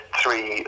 three